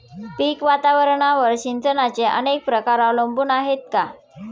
पीक वातावरणावर सिंचनाचे अनेक प्रकार अवलंबून आहेत का?